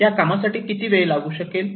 या कामासाठी किती वेळ लागू शकेल